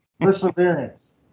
Perseverance